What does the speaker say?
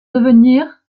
devenir